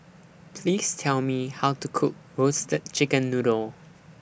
Please Tell Me How to Cook Roasted Chicken Noodle